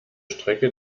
strecke